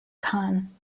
khan